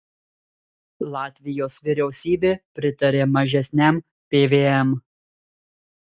latvijos vyriausybė pritarė mažesniam pvm